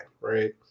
Right